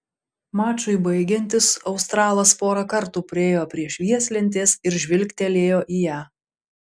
mačui baigiantis australas porą kartų priėjo prie švieslentės ir žvilgtelėjo į ją